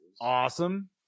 awesome